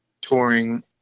touring